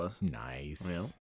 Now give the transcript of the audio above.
Nice